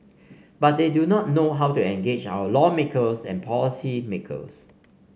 but they do not know how to engage our lawmakers and policymakers